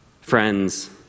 Friends